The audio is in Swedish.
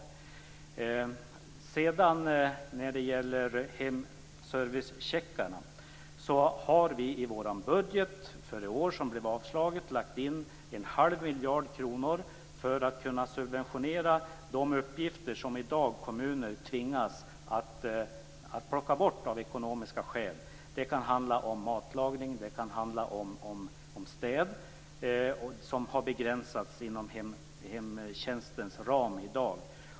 När det sedan gäller hemservicecheckarna har vi i vår budget för i år, som blev avslagen, lagt in en halv miljard kronor för att kunna subventionera de uppgifter som kommuner i dag tvingas att plocka bort av ekonomiska skäl. Det kan handla om matlagning, och det kan handla om städning, som i dag har begränsats inom hemtjänstens ram.